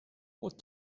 what